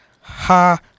Ha